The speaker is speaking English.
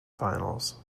finals